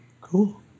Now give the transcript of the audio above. cool